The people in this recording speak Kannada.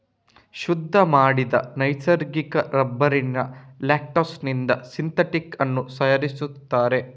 ಶುದ್ಧ ಮಾಡಿದ ನೈಸರ್ಗಿಕ ರಬ್ಬರಿನ ಲೇಟೆಕ್ಸಿನಿಂದ ಸಿಂಥೆಟಿಕ್ ಅನ್ನು ತಯಾರಿಸ್ತಾರೆ